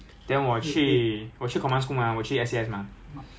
Sungei-Gedong !wah! 我的那个 canteen hor 是 commander 回去的